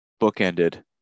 bookended